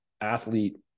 athlete